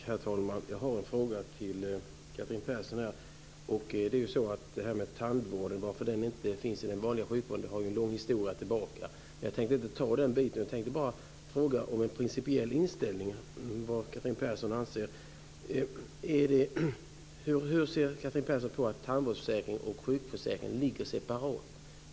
Herr talman! Jag har en fråga till Catherine Persson. Varför tandvården inte ingår i den vanliga sjukvården har en lång historia, men jag tänker inte ta upp den frågan. Jag vill bara höra hur Catherine Persson ser på att tandvårdsförsäkring och sjukförsäkring ligger separat.